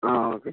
okay